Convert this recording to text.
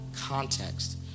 context